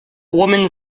woman